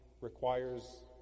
requires